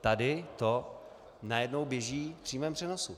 Tady to najednou běží v přímém přenosu.